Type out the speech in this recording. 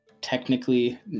technically